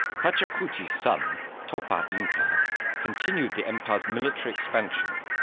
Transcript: pachacuti's son topa inca continued the empire's military expansion,